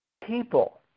People